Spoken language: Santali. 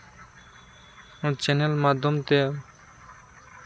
ᱪᱮᱱᱮᱞ ᱢᱟᱫᱽᱫᱷᱚᱢ ᱛᱮ